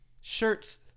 shirts